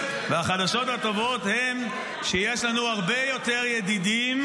החדשות הטובות הן שיש לנו הרבה יותר ידידים